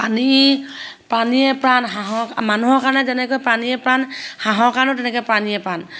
পানী পানীয়ে প্ৰাণ হাঁহৰ মানুহৰ কাৰণে যেনেকৈ পানীয়ে প্ৰাণ হাঁহৰ কাৰণেও তেনেকৈ পানীয়ে প্ৰাণ